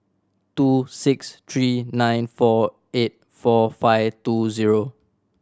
two six three nine four eight four five two zero